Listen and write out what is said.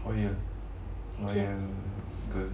loyal loyal girl